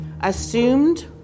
assumed